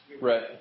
right